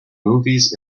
movies